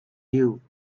you